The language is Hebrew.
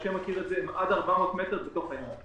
משה מכיר את זה הן עד 400 מטר בתוך הים.